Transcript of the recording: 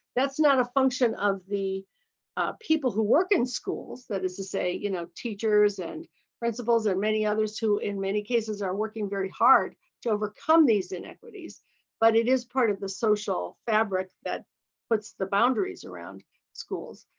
that's not a function of the people who work in schools, that is to say you know teachers and principles, there are many others who in many cases are working very hard to overcome these inequalities but it is part of the social fabric that puts the boundaries around schools.